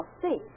see